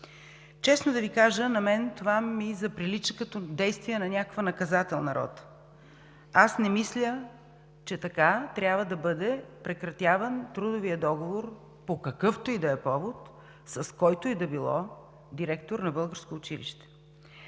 Честно да Ви кажа, на мен това ми заприлича като действие на някаква наказателна рота. Не мисля, че така трябва да бъде прекратяван трудовия договор по какъвто и да е повод, с който и да било директор на българско училище.